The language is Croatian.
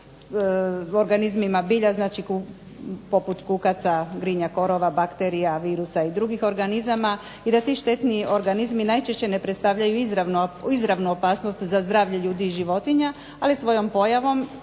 organizmima bilja, znači poput kukaca, grinja, korova, bakterija, virusa i drugih organizama, i da ti štetni organizmi najčešće ne predstavljaju izravnu opasnost za zdravlje ljudi i životinja, ali svojom pojavom